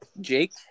Jake